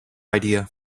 idea